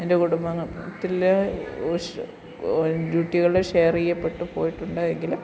എൻ്റെ കുടുംബത്തിലെ ഷെയർ ചെയ്യപെട്ട് പോയിട്ടുണ്ട് എങ്കിൽ